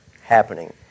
happening